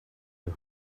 you